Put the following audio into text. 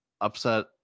upset